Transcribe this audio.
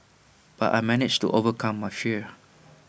but I managed to overcome my fear